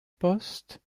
poste